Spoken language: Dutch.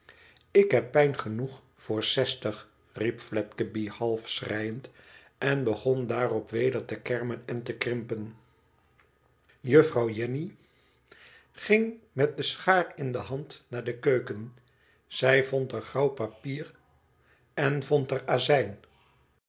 ik heb pijn genoeg voor zestig riep fledgeby half schreiend en begon daarop weder te kermen en te krimpen juffrouw jenny ging met de schaar in de hand naar de keuken zij vond er grauw papier en vond er azijn